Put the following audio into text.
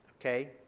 Okay